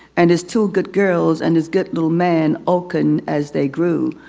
and his two good girls and his good little man oaken as they grew.